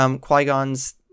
Qui-Gon's